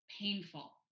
painful